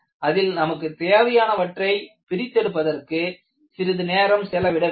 அதில் நமக்குத் தேவையானவற்றை பிரித்தெடுப்பதற்கு சிறிது நேரம் செலவிட வேண்டும்